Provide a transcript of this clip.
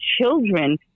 children